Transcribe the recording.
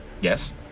yes